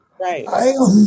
Right